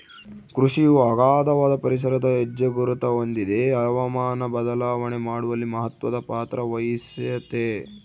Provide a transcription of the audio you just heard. ಕೃಷಿಯು ಅಗಾಧವಾದ ಪರಿಸರದ ಹೆಜ್ಜೆಗುರುತ ಹೊಂದಿದೆ ಹವಾಮಾನ ಬದಲಾವಣೆ ಮಾಡುವಲ್ಲಿ ಮಹತ್ವದ ಪಾತ್ರವಹಿಸೆತೆ